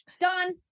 done